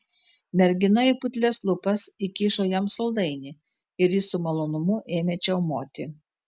mergina į putlias lūpas įkišo jam saldainį ir jis su malonumu ėmė čiaumoti